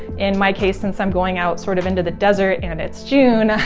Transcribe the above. in my case, since i'm going out sort of into the desert and it's june,